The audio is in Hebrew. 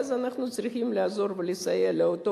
ואז אנחנו צריכים לעזור לסייע לאותו